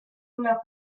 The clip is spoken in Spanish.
una